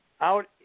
out